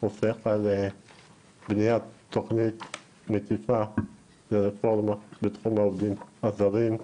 חוסך על בניית תוכנית מקיפה לרפורמה בתחום העובדים הזרים.